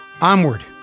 onward